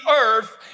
earth